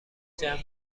جمع